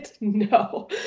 no